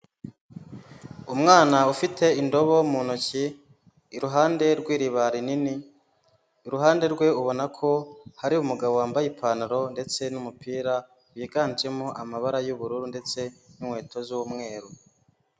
Umwana ufite indobo mu ntoki, iruhande rw'iriba rinini iruhande rwe ubona ko hari umugabo wambaye ipantaro ndetse n'umupira, wiganjemo amabara y'ubururu ndetse n'inkweto z'umweru.